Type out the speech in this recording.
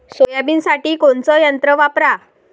सोयाबीनसाठी कोनचं यंत्र वापरा?